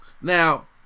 Now